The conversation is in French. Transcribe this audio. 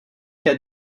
qu’a